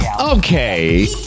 okay